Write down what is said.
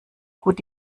gut